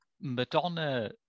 madonna